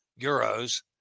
euros